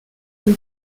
une